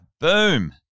Boom